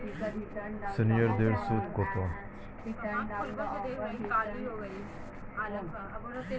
সিনিয়ারদের সুদ কত?